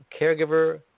caregiver